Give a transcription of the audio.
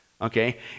okay